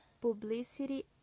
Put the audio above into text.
publicity